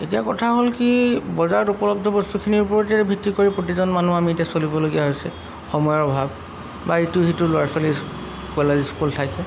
এতিয়া কথা হ'ল কি বজাৰত উপলব্ধ বস্তুখিনিৰ ওপৰতে ভিত্তি কৰি প্ৰতিজন মানুহ আমি এতিয়া চলিবলগীয়া হৈছে সময়ৰ অভাৱ বা এইটো সিটো ল'ৰা ছোৱালীৰ কলেজ স্কুল থাকে